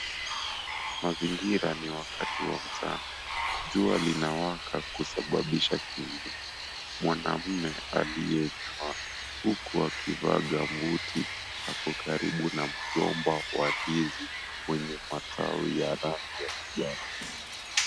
Mazingira ni wakati wa mchana. Jua linawaka kusababisha kivuli. Mwanaume aliyenyoa huku akivaa gamboot , ako karibu na mgomba wa ndizi, wenye matawi ya rangi ya kijani.